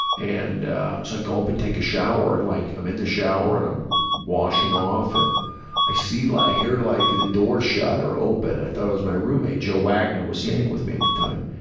and so i go up and take a shower and like i'm in the shower and i'm washing off and i see like i hear like the door shut or open, i thought it was my roommate. joe wagner was staying with me at the time.